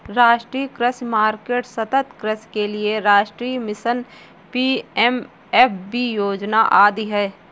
राष्ट्रीय कृषि मार्केट, सतत् कृषि के लिए राष्ट्रीय मिशन, पी.एम.एफ.बी योजना आदि है